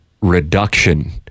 reduction